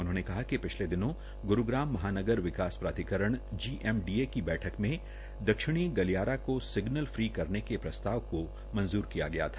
उन्होंने कहा कि पिछले दिनों ग्रूग्राम महानगर विकास प्राधिकरण गमाडा की बैठक मे दक्षिणी गलियारा को सिग्नल फ्री करने के प्रस्ताव को मंज्र किया था